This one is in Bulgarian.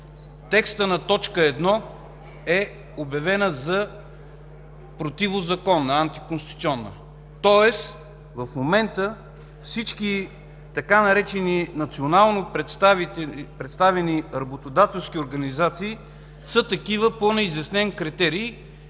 текстът на т. 1 е обявен за противозаконен, антиконституционен. Тоест в момента всички така наречени „национално представени работодателски организации” са такива по неизяснен критерий,